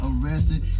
arrested